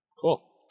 Cool